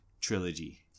Trilogy